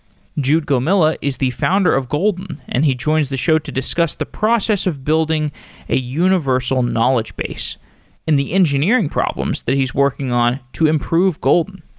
jude gomila is the founder of golden and he joins the show to discuss the process of building a universal knowledge base and the engineering problems that he's working on to improve golden.